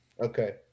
Okay